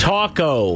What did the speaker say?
Taco